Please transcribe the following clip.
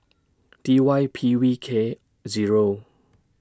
D Y P V K Zero